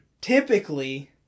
Typically